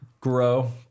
grow